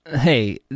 Hey